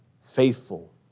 faithful